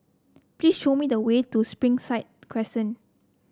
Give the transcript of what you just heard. please show me the way to Springside Crescent